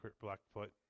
Blackfoot